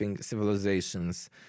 civilizations